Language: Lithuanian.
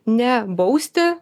ne bausti